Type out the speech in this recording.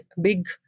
big